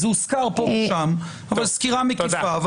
זה הוזכר פה ושם, סקירה מקיפה.